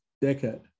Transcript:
decade